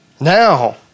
Now